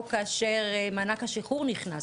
או כאשר מענק השחרור נכנס,